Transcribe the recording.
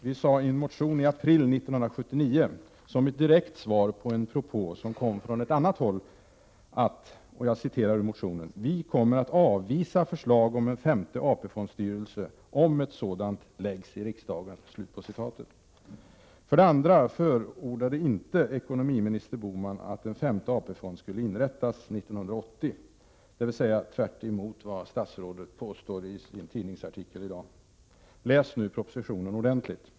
Vi sade i en motion i april 1979, som ett direkt svar på en propå som kom från ett annat håll: ”Vi kommer att avvisa förslag om en femte AP-fondstyrelse, om ett sådant väcks i riksdagen.” För det andra förordade inte ekonomiminister Bohman år 1980 att en femte AP-fond skulle inrättas. Det är tvärtemot vad statsrådet påstår i en tidningsartikel i dag. Läs nu propositionen ordentligt!